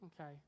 Okay